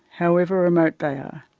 however remote they are.